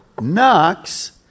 knocks